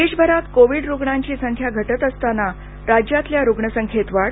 देशभरात कोविड रुग्णांची संख्या घटत असताना राज्यातल्या रुग्णसंख्येत वाढ